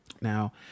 Now